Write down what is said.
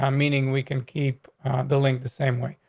um meaning we can keep the link the same way.